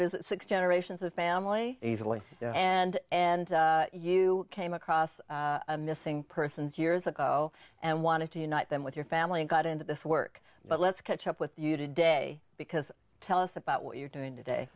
visit six generations of family easily and and you came across a missing persons years ago and wanted to unite them with your family and got into this work but let's catch up with you today because tell us about what you're doing today